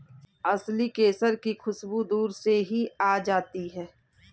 असली केसर की खुशबू दूर से ही आ जाती है